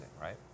right